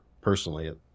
personally